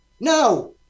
No